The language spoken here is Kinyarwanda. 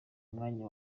umwanya